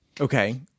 Okay